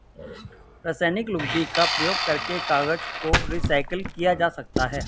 रासायनिक लुगदी का प्रयोग करके कागज को रीसाइकल किया जा सकता है